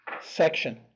section